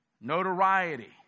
notoriety